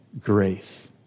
grace